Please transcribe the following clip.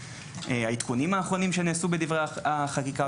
העדכונים האחרונים שנעשו בדברי החקיקה.